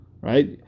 right